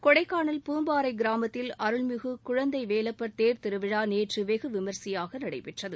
கொடைக்கானல் பூம்பாறை கிராமத்தில் அருள்மிகு குழந்தை வேலப்பர் தேர் திருவிழா நேற்று வெகு விமர்சையாக நடைபெற்றது